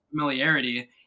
familiarity